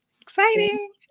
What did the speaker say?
Exciting